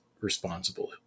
responsible